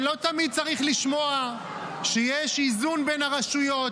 שלא תמיד צריך לשמוע שיש איזון בין הרשויות,